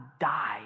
die